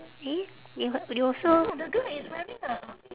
eh you h~ you also